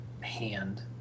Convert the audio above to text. hand